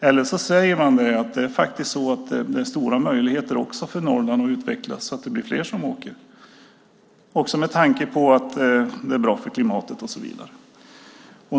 Eller så säger man att det också är stora möjligheter för Norrland att utvecklas så att det blir fler som åker, med tanke på att det är bra för klimatet och så vidare.